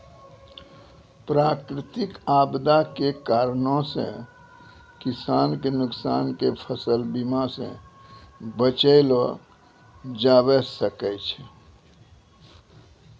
प्राकृतिक आपदा के कारणो से किसान के नुकसान के फसल बीमा से बचैलो जाबै सकै छै